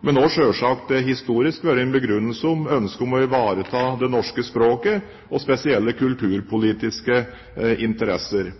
men også selvsagt historisk vært en begrunnelse for ønsket om å ivareta det norske språket og spesielle kulturpolitiske interesser.